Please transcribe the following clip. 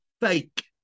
Fake